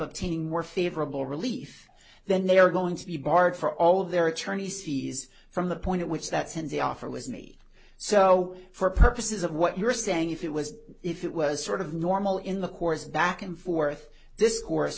obtaining more favorable relief then they are going to be barred for all of their attorneys fees from the point at which that cindy offer was me so for purposes of what you're saying if it was if it was sort of normal in the course back and forth discourse